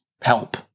help